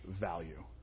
value